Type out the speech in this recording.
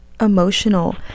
emotional